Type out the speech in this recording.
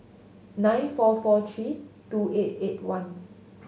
nine four four three two eight eight one